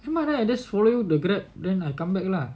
nevermind I just follow you the grab then I come back lah